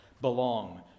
belong